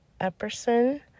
Epperson